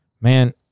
man